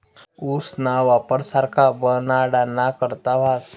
ऊसना वापर साखर बनाडाना करता व्हस